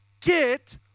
get